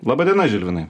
laba diena žilvinai